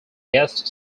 guest